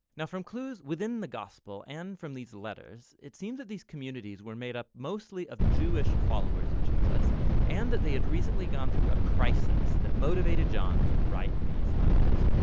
now, from clues within the gospel and from these letters it seems that these communities were made up mostly of jewish followers of jesus and that they had recently gone through a crisis that motivated john to write these letters.